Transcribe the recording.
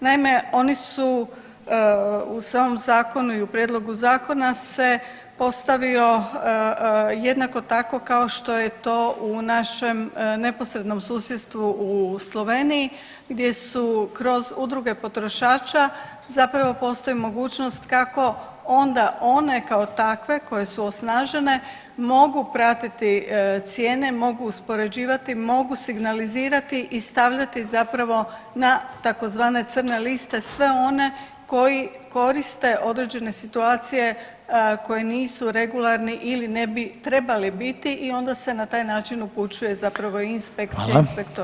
Naime, oni su u samom zakonu i u prijedlogu zakona se postavio jednako tako kao što je to u našem neposrednom susjedstvu u Sloveniji gdje su kroz udruge potrošača zapravo postoji mogućnost kako onda one kao takve koje su osnažene mogu pratiti cijene, mogu uspoređivati, mogu signalizirati i stavljati zapravo na tzv. crne liste sve one koji koriste određene situacije koje nisu regularni ili ne bi trebali biti i onda se na taj način zapravo upućuje inspekcija, inspektorat.